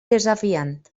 desafiant